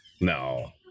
No